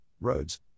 roads